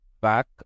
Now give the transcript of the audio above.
back